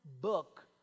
book